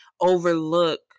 overlook